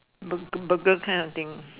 Burger Burger kind of thing